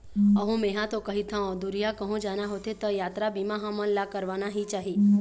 अऊ मेंहा तो कहिथँव दुरिहा कहूँ जाना होथे त यातरा बीमा हमन ला करवाना ही चाही